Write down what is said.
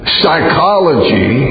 psychology